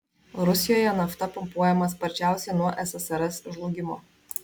rusijoje nafta pumpuojama sparčiausiai nuo ssrs žlugimo